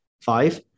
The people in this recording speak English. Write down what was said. Five